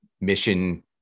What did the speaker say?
mission